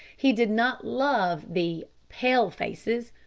he did not love the pale-faces,